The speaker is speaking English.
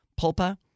pulpa